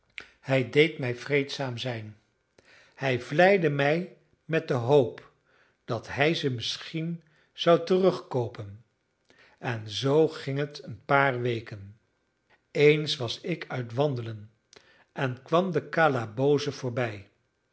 hij deed mij vreedzaam zijn hij vleide mij met de hoop dat hij ze misschien zou terugkoopen en zoo ging het een paar weken eens was ik uit wandelen en kwam de calaboose voorbij